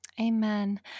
Amen